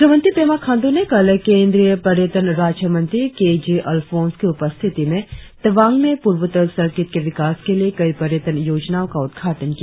मुख्यमंत्री पेमा खांडू ने कल केंद्रीय पर्यटन राज्य मंत्री के जे अल्फोंस की उपस्थिति में तवांग में पूर्वोत्तर सर्किट के विकास के लिए कई पर्यटन योजनाओं का उद्घाटन किया